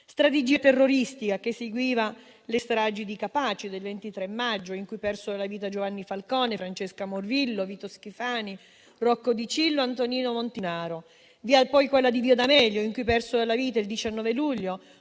strategia terroristica, che seguiva le stragi di Capaci del 23 maggio, in cui persero la vita Giovanni Falcone, Francesca Morvillo, Vito Schifani, Rocco Dicillo, Antonino Montinaro. Vi fu poi quella di via D'Amelio, in cui persero la vita, il 19 luglio,